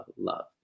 love